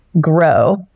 grow